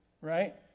right